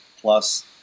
Plus